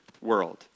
world